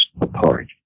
apart